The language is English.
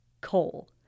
coal